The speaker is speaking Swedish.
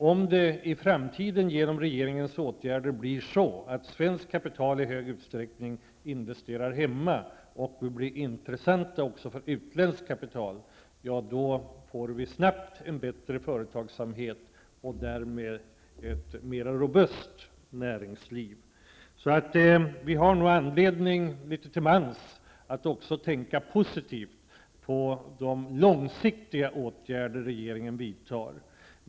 Om det genom regeringens åtgärder i framtiden blir så, att svenskt kapital i hög utsträckning investeras hemma, och Sverige blir intressant även för utländskt kapital, får vi snabbt en bättre företagsamhet och därmed ett mera robust näringsliv. Vi har nog litet till mans anledning att tänka positivt på de långsiktiga åtgärder regeringen vidtar.